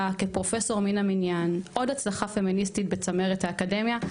כפרופסור מן המניין / עוד הצלחה פמיניסטית בצמרת האקדמיה.